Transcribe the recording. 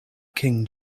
king